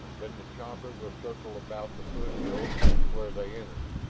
then the copter will circle about the foothills where they entered.